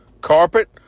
carpet